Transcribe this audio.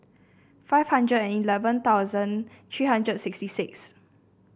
five hundred and eleven thousand three hundred sixty six